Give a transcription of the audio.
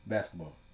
Basketball